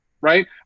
right